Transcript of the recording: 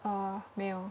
uh 没有